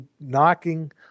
knocking